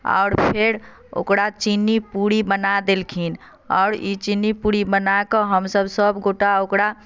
आओर फेर ओकरा चीनी पूरी बना देलखिन आओर ई चीनी पूरी बनाके हमसभ सभगोटए ओकरा